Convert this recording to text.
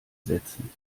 setzen